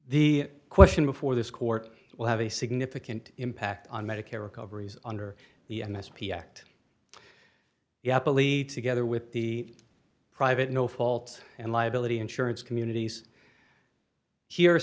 the question before this court will have a significant impact on medicare recoveries under the m s p act you happily together with the private no fault and liability insurance communities here